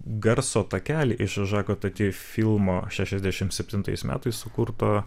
garso takelį iš žako tuti filmo šešiasdešimt septintais metais sukurto